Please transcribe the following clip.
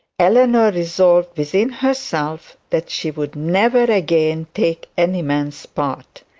eleanor resolved within herself that she would never again take any man's part.